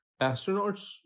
astronauts